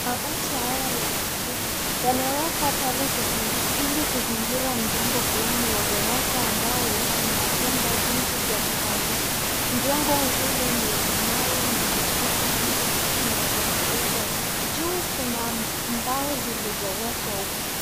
Mabati haya yana kutu, yamewekwa pale ili kuzingira mjengo fulani wa ghorofa ambao una vyombo vingi vya kupangisha. Mjengo ule ni wa mawe na umepakwa rangi zinazopendeza .Juu kuna mbao zilizowekwa huko.